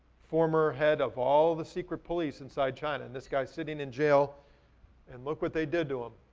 former head of all the secret police inside china and this guy's sitting in jail and look what they did to him.